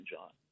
John